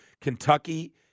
Kentucky